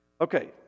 Okay